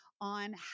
on